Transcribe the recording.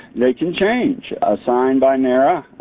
they can change. assigned by nara,